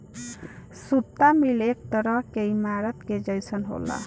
सुता मिल एक तरह के ईमारत के जइसन होला